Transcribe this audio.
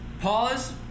Pause